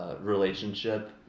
Relationship